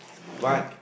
but